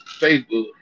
Facebook